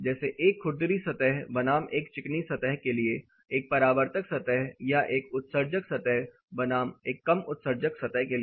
जैसे एक खुरदरी सतह बनाम एक चिकनी सतह के लिए एक परावर्तक सतह या एक उत्सर्जक सतह बनाम एक कम उत्सर्जक सतह के लिए